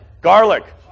Garlic